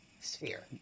sphere